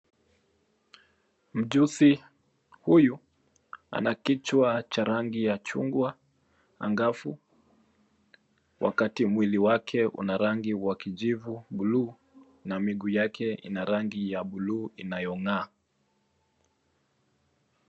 Mchuzi huyu anakichwa cha rangi ya chungwa angavu wakati mwili wake una rangi wa kijivu buluu na miguu yake ina rangi ya buluu inayo ng'aa.